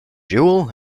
jewell